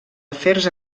afers